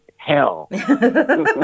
Hell